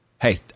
Hey